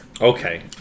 Okay